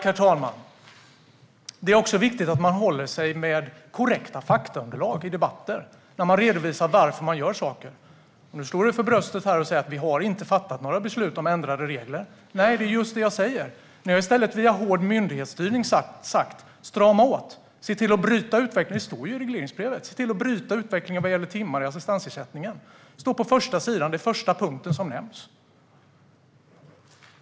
Herr talman! Det är också viktigt att man håller sig till korrekta faktaunderlag i debatter när man redovisar varför man gör saker. Nu slår statsministern sig för bröstet och säger: Vi har inte fattat några beslut om ändrade regler. Nej, det är just det som jag säger. Ni har i stället via hård myndighetsstyrning sagt: Strama åt och se till att bryta utvecklingen. Det står i regleringsbrevet att man ska se till att bryta utvecklingen vad gäller antalet timmar i assistansersättningen. Det står på första sidan, och det är den första punkten som nämns.